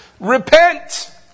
Repent